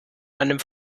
einem